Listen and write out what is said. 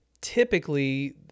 typically